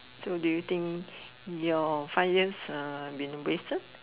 so do you think your five years have been wasted